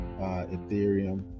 ethereum